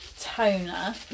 toner